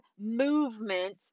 movement